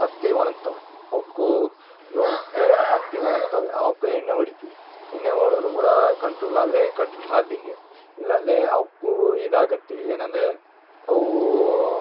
ಹತ್ತಿ ಒಣಗ್ತವ ಅವ್ಕು ರೋಗಕ್ಕೆ ಹತ್ತಿ ಒಣಗ್ತವೆ ಅವ್ಕು ಎಣ್ಣೆ ಹೊಡ್ತಿವಿ ಎಣ್ಣೆ ಹೊಡೆದ್ರು ಕೂಡ ಕಂಟ್ರೊಲ್ ಆದರೆ ಕಂಟ್ರೊಲ್ ಆದ್ಯಂಗೆ ಇಲ್ಲಂದರೆ ಅವ್ಕು ಇದಾಗುತ್ತೆ ಏನಂದರೆ ಅವು